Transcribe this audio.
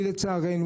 כי לצערנו,